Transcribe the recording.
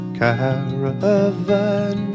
caravan